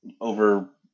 over